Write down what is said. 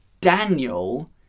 Daniel